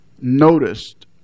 noticed